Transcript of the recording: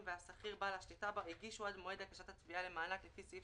הוא הגיש עד מועד הגשת התביעה למענק לפי סעיף